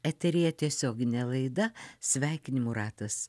eteryje tiesioginė laida sveikinimų ratas